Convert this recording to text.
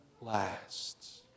lasts